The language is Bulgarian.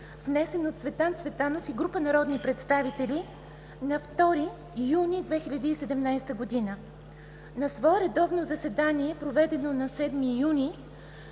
внесен от Цветан Цветанов и група народни представители на 2 юни 2017 г. На свое редовно заседание, проведено на 7 юни